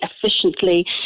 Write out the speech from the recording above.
efficiently